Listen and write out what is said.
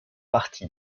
partie